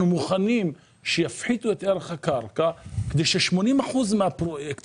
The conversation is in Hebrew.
שאנחנו מוכנים שיפחיתו את ערך הקרקע כדי ש-80 אחוזים מהפרויקט